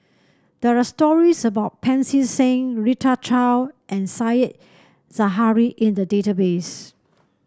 there are stories about Pancy Seng Rita Chao and Said Zahari in the database